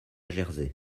jersey